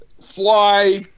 Fly